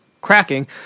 cracking